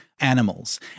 animals